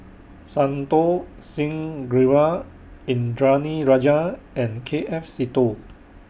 Santokh Singh Grewal Indranee Rajah and K F Seetoh